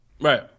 Right